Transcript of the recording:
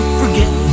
forget